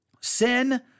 Sin